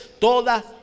toda